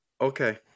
Okay